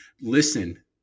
Listen